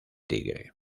tigre